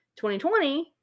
2020